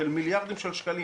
של מיליארדי שקלים,